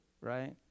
right